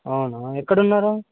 అవును ఎక్కడున్నారు